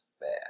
Bad